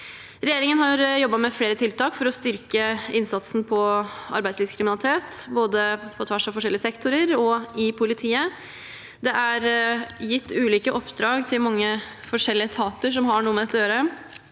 Regjeringen har jobbet med flere tiltak for å styrke innsatsen når det gjelder arbeidslivskriminalitet, både på tvers av forskjellige sektorer og i politiet. Det er gitt ulike oppdrag til mange forskjellige etater som har noe med dette å gjøre,